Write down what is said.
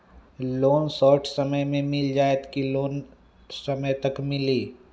Loan short समय मे मिल जाएत कि लोन समय तक मिली?